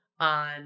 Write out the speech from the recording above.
on